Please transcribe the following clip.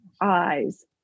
eyes